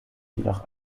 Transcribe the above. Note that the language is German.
jedoch